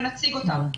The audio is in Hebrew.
ונציג אותם.